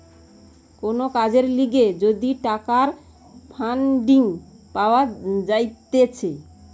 কোন কাজের লিগে যদি টাকার ফান্ডিং পাওয়া যাইতেছে